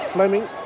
Fleming